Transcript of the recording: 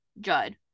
Judd